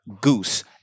Goose